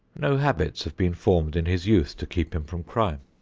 no habits have been formed in his youth to keep him from crime.